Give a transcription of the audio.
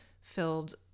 filled